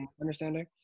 understanding